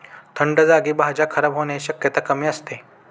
थंड जागी भाज्या खराब होण्याची शक्यता कमी असते